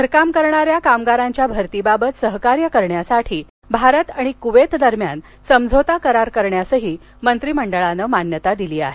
घरकाम करणार्या कामगार भरतीबाबत सहकार्य करण्यासाठी भारत आणि कुवेत दरम्यान समझोता करार करण्यासही मंत्रिमंडळानं मान्यता दिली आहे